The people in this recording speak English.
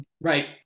Right